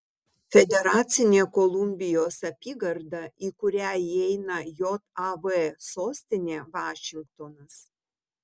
federacinė kolumbijos apygarda į kurią įeina jav sostinė vašingtonas